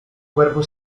cuerpo